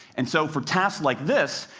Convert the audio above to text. and so, for tasks like this,